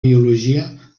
biologia